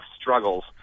struggles